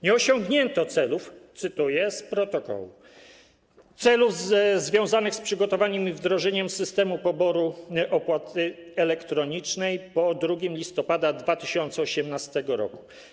Nie osiągnięto celów - cytuję z protokołu - celów związanych z przygotowaniem i wdrożeniem systemu poboru opłaty elektronicznej po 2 listopada 2018 r.